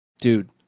dude